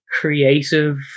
creative